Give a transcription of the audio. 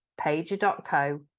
pager.co